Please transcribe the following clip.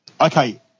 Okay